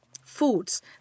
foods